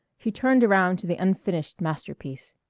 he turned around to the unfinished masterpiece.